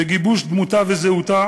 בגיבוש דמותה וזהותה